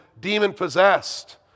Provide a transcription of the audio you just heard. demon-possessed